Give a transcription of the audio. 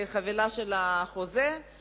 מכיוון שלגלות את הסעיפים הבעייתיים